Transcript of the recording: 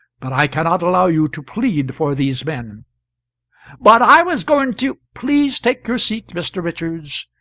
but i cannot allow you to plead for these men but i was going to please take your seat, mr. richards.